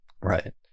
Right